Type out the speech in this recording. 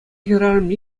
хӗрарӑм